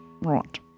Right